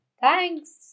Thanks